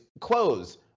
close